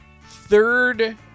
third